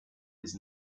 his